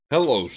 Hello